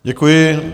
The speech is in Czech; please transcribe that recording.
Děkuji.